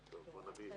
רבה,